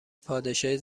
پادشاهی